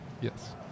Yes